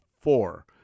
Four